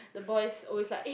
the boys always like eh